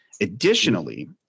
Additionally